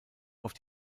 auf